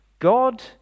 God